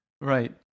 Right